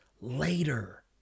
later